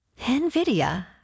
NVIDIA